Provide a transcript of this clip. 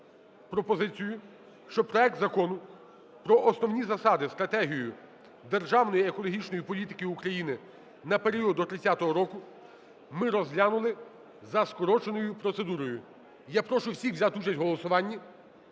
пропозицію, що проект Закону про Основні засади (стратегію) державної екологічної політики України на період до 2030 року ми розглянули за скороченою процедурою. Я прошу всіх взяти участь в голосуванні.